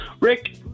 Rick